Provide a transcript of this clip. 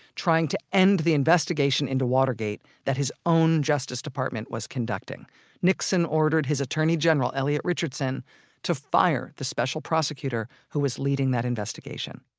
trying to end the investigation into watergate that his own justice department was conducting nixon ordered his attorney general elliot richardson to fire the special prosecutor who was leading that investigation.